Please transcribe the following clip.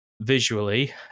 visually